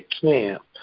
camp